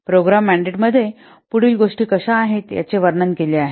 प्रोग्राममँडेट मध्ये पुढील गोष्टी कशा आहेत याचे वर्णन केले आहे